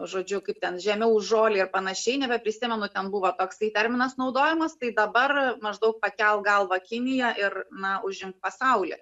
žodžiu kaip ten žemiau už žolę ir panašiai nebeprisimenu ten buvo toks terminas naudojamas tai dabar maždaug pakelk galvą kinija ir na užimk pasaulį